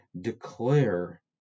declare